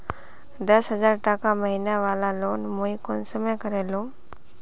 दस हजार टका महीना बला लोन मुई कुंसम करे लूम?